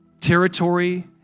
territory